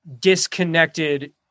disconnected